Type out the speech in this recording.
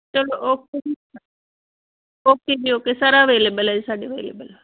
ਚਲੋ ਓਕੇ ਜੀ ਓਕੇ ਜੀ ਓਕੇ ਸਾਰਾ ਅਵੇਲੇਬਲ ਹੈ ਜੀ ਸਾਡੇ ਕੋਲ ਅਵੇਲੇਬਲ ਆ